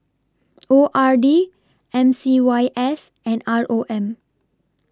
O R D M C Y S and R O M